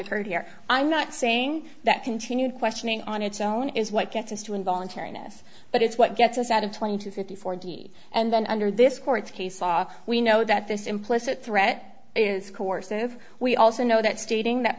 occurred here i'm not saying that continued questioning on its own is what gets us to involuntary ness but it's what gets us out of twenty to fifty four d and then under this court case law we know that this implicit threat is course if we also know that stating that